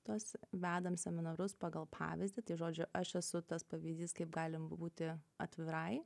tuos vedam seminarus pagal pavyzdį tai žodžiu aš esu tas pavyzdys kaip galim būti atvirai